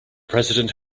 president